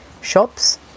shops